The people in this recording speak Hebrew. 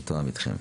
מתואם אתכם.